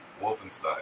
Wolfenstein